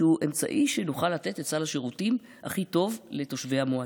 אמצעי כדי שנוכל לתת את סל השירותים הכי טוב לתושבי המועצה.